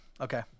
Okay